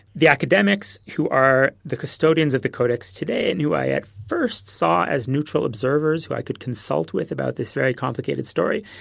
the academics who are the custodians of the codex today and who i had at first saw as neutral observers who i could consult with about this very complicated story,